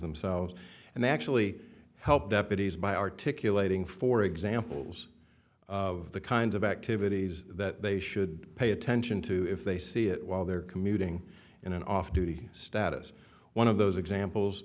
themselves and they actually help deputies by articulating for examples of the kinds of activities that they should pay attention to if they see it while they're commuting in an off duty status one of those examples